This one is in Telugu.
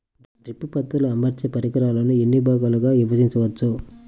డ్రిప్ పద్ధతిలో అమర్చే పరికరాలను ఎన్ని భాగాలుగా విభజించవచ్చు?